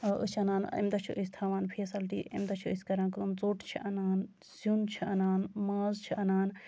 أسۍ چھِ اَنان اَمہِ دۄہ چھِ أسۍ تھاوان فیسَلٹی اَمہِ دۄہ چھِ أسۍ کران کٲم ژوٚٹ چھِ اَنان سیُن چھِ اَنان ماز چھِ اَنان